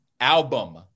Album